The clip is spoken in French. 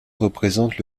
représente